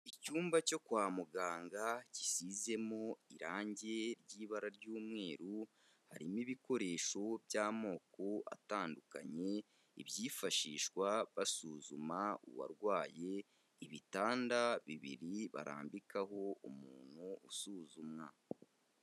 Icyumba cyo kwa muganga gisizemo irangi ry'ibara ry'umweru, harimo ibikoresho by'amoko atandukanye, ibyifashishwa basuzuma uwarwaye, ibitanda bibiri barambikaho umuntu usuzumwa.